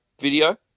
video